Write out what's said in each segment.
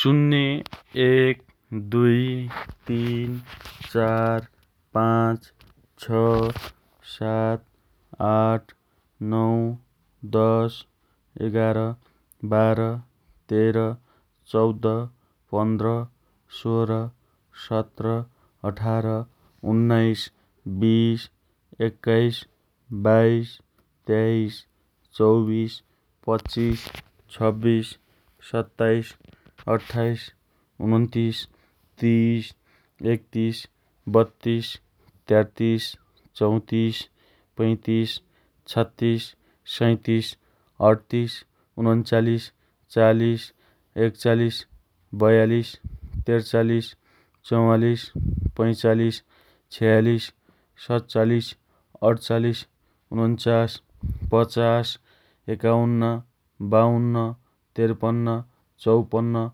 शून्य, एक, दुई, तीन, चार, पाँच, छ, सात, आठ, नौ, दस, एघार, बाह्र, तेह्र, चौध, पन्ध्र, सोह्र, सत्र, अठार, उन्नाइस, बिस, एक्काइस, बाइस, तेइस, चौबिस, पच्चिस, छब्बिस, सत्ताइस, अट्ठाइस, उनन्तिस, तिस, एकतिस, बत्तिस, तेत्तिस, चौतिस, पैँतिस, छत्तिस, सैँतिस, अठतिस, उनन्चालिस चालिस, एकचालिस, बयालिस, त्रिचालिस, चवालिस, पैँचालिस, छयालिस, सतचालिस, अठचालिस, उन्चास, पचास, एकाउन्न, बाउन्न, त्रिपन्न, चौपन्न,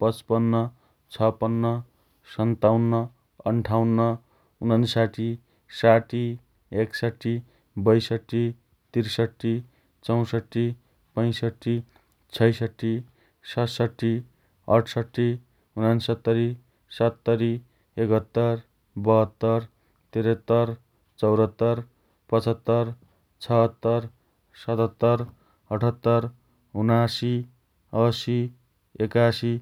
पचपन्न, छपन्न, सन्ताउन्न, अन्ठाउन्न, उनसट्ठी, साठी, एकसट्ठी, बयसट्ठी, त्रिसट्ठी, चौसट्ठी, पैँसट्ठी, छयसट्ठी, सतसट्ठी, अठसट्ठी, उन्सत्तरी, सत्तरी, एकहत्तर, बहत्तर, त्रिहत्तर, चौरहत्तर, पचहत्तर, छैहत्तर, सतहत्तर, अठहत्तर, उनासी, असी, एकासी,